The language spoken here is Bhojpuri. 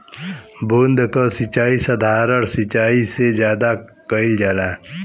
बूंद क सिचाई साधारण सिचाई से ज्यादा कईल जाला